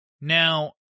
Now